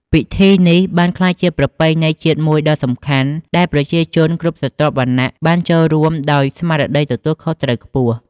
ពិធីនេះបានក្លាយជាប្រពៃណីជាតិមួយដ៏សំខាន់ ដែលប្រជាជនគ្រប់ស្រទាប់វណ្ណៈបានចូលរួមដោយស្មារតីទទួលខុសត្រូវខ្ពស់។